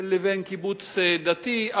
והקיבוץ הדתי,